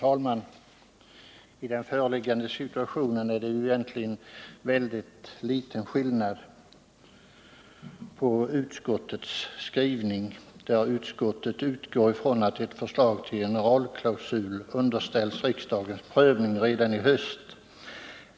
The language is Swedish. Herr talman! I den här situationen är det mycket liten skillnad mellan utskottets ståndpunkt och reservanternas. Utskottet utgår ifrån att ett förslag till generalklausul underställs riksdagens prövning redan i höst.